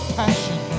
passion